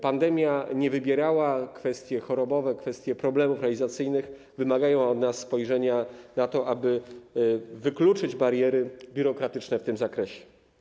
Pandemia nie wybierała - kwestie chorobowe, kwestie problemów realizacyjnych wymagają od nas takiego spojrzenia, aby wykluczyć bariery biurokratyczne w tym zakresie.